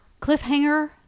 Cliffhanger